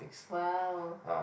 !wow!